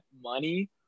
money